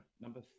Number